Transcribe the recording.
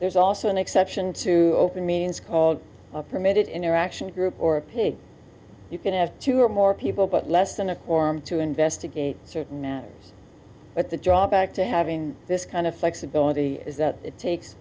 there's also an exception to open meetings called a permitted interaction group or paid you can have two or more people but less than a quorum to investigate certain matters but the drawback to having this kind of flexibility is that it takes